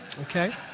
okay